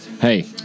Hey